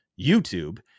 YouTube